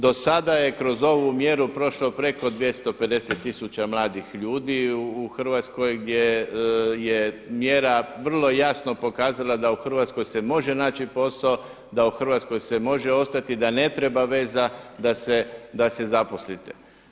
Do sada je kroz ovu mjeru prošlo preko 250000 mladih ljudi u Hrvatskoj gdje je mjera vrlo jasno pokazala da u Hrvatskoj se može naći posao, da u Hrvatskoj se može ostati, da ne treba veza da se zaposlite.